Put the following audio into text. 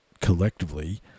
collectively